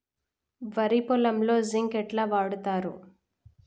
వరి పొలంలో జింక్ ఎట్లా వాడుతరు?